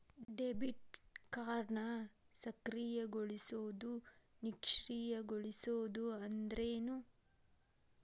Debit ಕಾರ್ಡ್ನ ಸಕ್ರಿಯಗೊಳಿಸೋದು ನಿಷ್ಕ್ರಿಯಗೊಳಿಸೋದು ಅಂದ್ರೇನು?